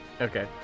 Okay